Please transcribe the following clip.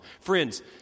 Friends